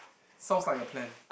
sounds like a plan